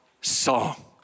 song